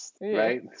Right